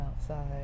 outside